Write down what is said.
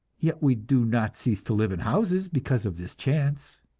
yet we do not cease to live in houses because of this chance.